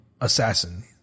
assassin